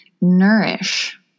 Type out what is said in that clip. nourish